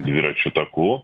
dviračių takų